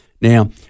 Now